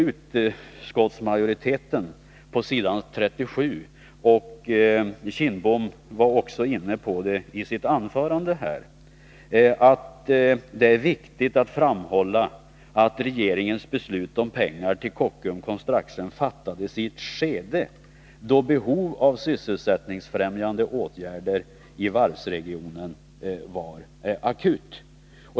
Utskottsmajoriteten skriver på s. 37 — och Bengt Kindbom var också inne på detta i sitt anförande — att det är viktigt att framhålla att regeringens beslut om pengar till Kockums Construction fattades i ett skede då behov av sysselsättningsfrämjande åtgärder i varvsregionen var akut.